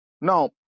Now